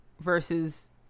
versus